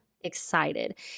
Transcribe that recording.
excited